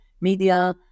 media